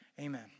Amen